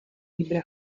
libra